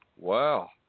Wow